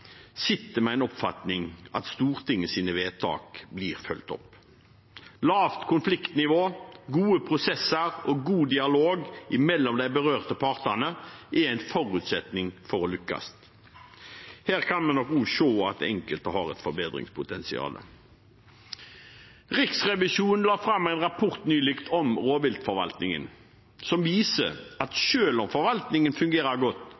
sitter med en oppfatning om at Stortingets vedtak blir fulgt opp. Lavt konfliktnivå, gode prosesser og god dialog mellom de berørte partene er en forutsetning for å lykkes. Her kan man se at enkelte har et forbedringspotensial. Riksrevisjonen la nylig fram en rapport om rovviltforvaltningen, som viser at selv om forvaltningen fungerer godt,